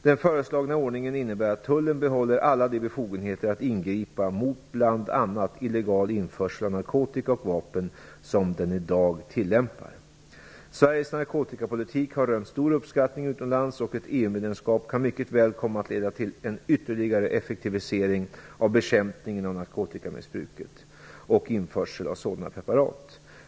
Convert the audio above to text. Den föreslagna ordningen innebär att tullen behåller alla de befogenheter att ingripa mot bl.a. illegal införsel av narkotika och vapen som den i dag tillämpar. Sveriges narkotikapolitik har rönt stor uppskattning utomlands, och ett EU-medlemskap kan mycket väl komma att leda till en ytterligare effektivisering av bekämpningen av narkotikamissbruket och införseln av sådana preparat.